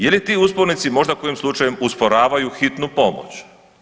Je li ti uspornici možda kojim slučajem usporavaju hitnu pomoć.